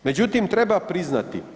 Međutim, treba priznati.